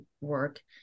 work